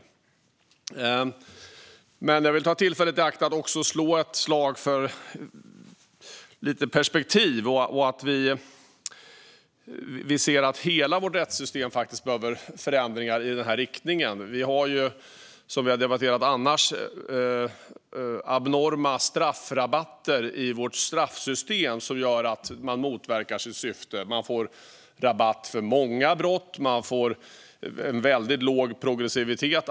En tydligare koppling mellan villkorlig frigiv-ning och deltagande i återfallsförebyggande åtgärder Jag vill ta tillfället i akt att slå ett slag för lite perspektiv och för att vi ska se att hela vårt rättssystem behöver förändringar i den riktningen. Vi har, som vi har debatterat, abnorma straffrabatter i vårt straffsystem som gör att syftet motverkas. Det ges rabatt för många brott, och det är en väldigt låg progressivitet.